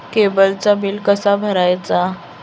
केबलचा बिल कसा भरायचा?